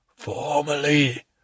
Formerly